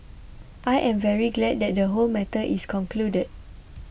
I am very glad that the whole matter is concluded